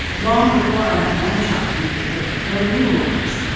long before i have one job completed, there are new orders.